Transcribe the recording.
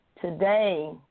Today